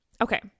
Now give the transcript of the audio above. Okay